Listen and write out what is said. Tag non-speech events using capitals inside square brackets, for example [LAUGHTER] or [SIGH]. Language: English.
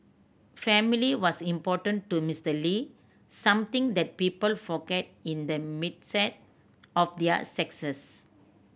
family was important to Mister Lee something that people forget in the [UNINTELLIGIBLE] of their success